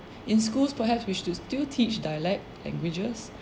in schools perhaps we should still teach dialect languages